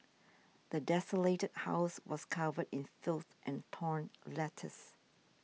the desolated house was covered in filth and torn letters